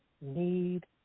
need